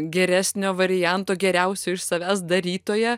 geresnio varianto geriausiu iš savęs darytoja